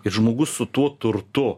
ir žmogus su tuo turtu